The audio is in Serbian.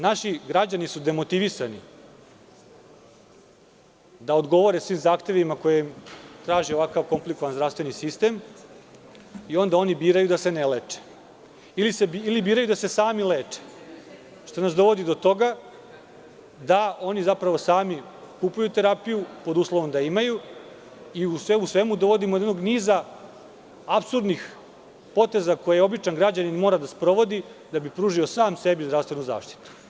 Naši građani su demotivisani da odgovore svim zahtevima koje im traži ovako komplikovan zdravstveni sistem i onda oni biraju da se ne leče ili biraju da se sami leče, što nas dovodi do toga da oni zapravo sami kupuju terapiju, pod uslovom da imaju, i sve u svemu dovodimo do niza apsurdnih poteza koje običan građanin mora da sprovodi da bi pružio sam sebi zdravstvenu zaštitu.